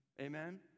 Amen